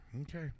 Okay